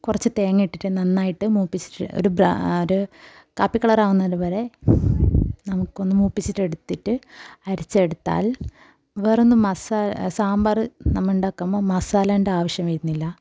കുറച്ച് തേങ്ങയിട്ടിട്ട് നന്നായിട്ട് മുപ്പിച്ചിട്ട് ഒരു ഒരു കാപ്പി കളർ ആകുന്നത് വരെ നമുക്ക് ഒന്ന് മുപ്പിച്ചിട്ട് എടുത്തിട്ട് അരിച്ചെടുത്താൽ വേറെയൊന്ന് സാമ്പാർ നമ്മൾ ഉണ്ടാക്കുമ്പോൾ മസാലൻ്റെ ആവശ്യം വരുന്നില്ല